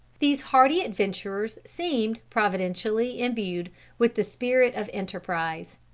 these hardy adventurers seemed providentially imbued with the spirit of enterprise.